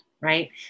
right